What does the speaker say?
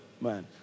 Man